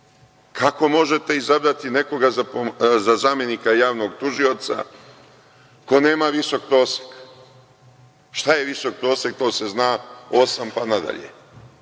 Kako možete izabrati nekoga za zamenika javnog tužioca ko nema visok prosek? Šta je visok prosek? To se zna, osam pa nadalje.